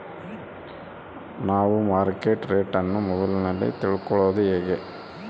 ನಾವು market rate ಅನ್ನು ಮೊಬೈಲಲ್ಲಿ ತಿಳ್ಕಳೋದು ಹೇಗೆ?